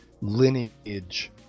lineage